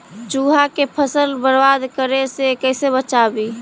चुहा के फसल बर्बाद करे से कैसे बचाबी?